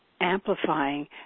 Amplifying